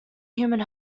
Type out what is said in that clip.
human